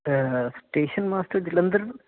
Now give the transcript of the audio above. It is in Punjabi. station master Jalandhar